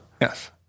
Yes